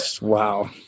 Wow